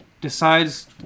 decides